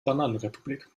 bananenrepublik